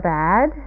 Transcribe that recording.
bad